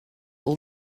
all